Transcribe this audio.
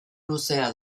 luzea